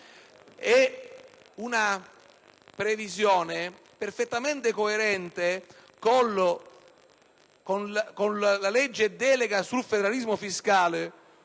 di una previsione perfettamente coerente con la legge delega sul federalismo fiscale: